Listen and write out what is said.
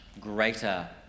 greater